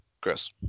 Chris